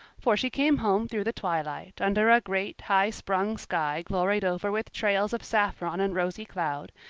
for she came home through the twilight, under a great, high-sprung sky gloried over with trails of saffron and rosy cloud,